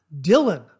Dylan